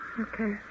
Okay